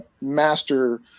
master